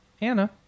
Anna